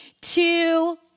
two